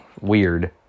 weird